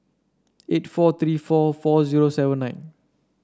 eight four three four four zero seven nine